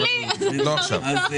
אבל לא עכשיו.